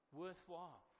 worthwhile